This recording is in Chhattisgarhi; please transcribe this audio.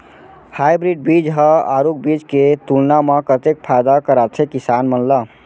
हाइब्रिड बीज हा आरूग बीज के तुलना मा कतेक फायदा कराथे किसान मन ला?